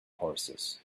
horses